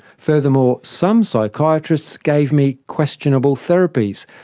furthermore, some psychiatrists gave me questionable therapies.